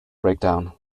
breakdown